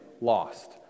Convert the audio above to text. lost